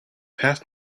passed